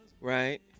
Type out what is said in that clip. Right